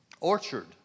orchard